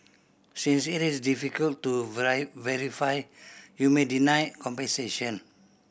since it is difficult to verify you may denied compensation